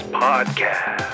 podcast